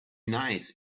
nice